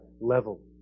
level